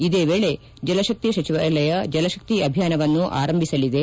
ಇದೇ ವೇಳೆ ಜಲಶಕ್ತಿ ಸಚಿವಾಲಯ ಜಲಶಕ್ತಿ ಅಭಿಯಾನವನ್ನು ಆರಂಭಿಸಲಿದೆ